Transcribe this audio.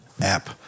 app